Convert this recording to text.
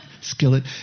skillet